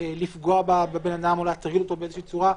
לפגוע בבן אדם או להטריד אותו באיזה צורה,